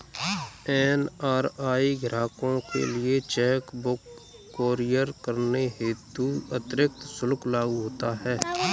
NRI ग्राहकों के लिए चेक बुक कुरियर करने हेतु अतिरिक्त शुल्क लागू होता है